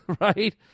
Right